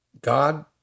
God